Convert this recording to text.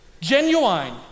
Genuine